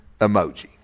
emoji